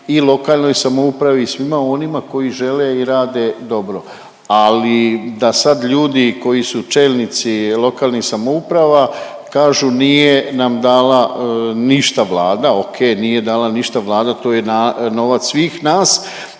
i lokalnoj samoupravi i svima onima koji žele i rade dobro. Ali da sad ljudi koji su čelnici lokalnih samouprava kažu nije nam dala ništa Vlada. Ok nije dala ništa Vlada, to je novac svih nas